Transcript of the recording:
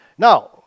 Now